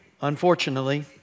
Unfortunately